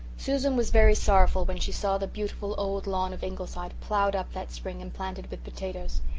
susan was very sorrowful when she saw the beautiful old lawn of ingleside ploughed up that spring and planted with potatoes.